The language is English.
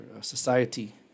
society